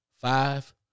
Five